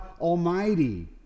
Almighty